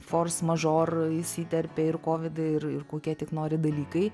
fors mažor įsiterpė ir kovidai ir ir kokie tik nori dalykai